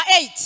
eight